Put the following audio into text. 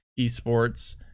Esports